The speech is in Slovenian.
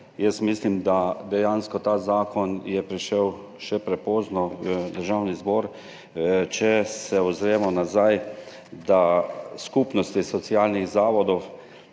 jaz mislim, da je dejansko ta zakon prišel še prepozno v Državni zbor. Če se ozremo nazaj, skupnosti socialnih zavodov